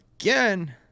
again